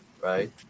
Right